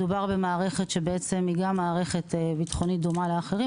מדובר במערכת ביטחונית שהיא דומה לאחרות,